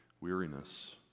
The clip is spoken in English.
weariness